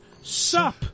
sup